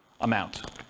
amount